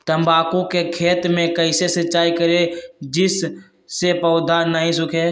तम्बाकू के खेत मे कैसे सिंचाई करें जिस से पौधा नहीं सूखे?